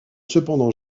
cependant